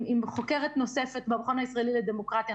עם חוקרת נוספת במכון הישראלי לדמוקרטיה,